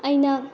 ꯑꯩꯅ